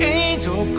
angel